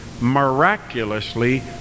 miraculously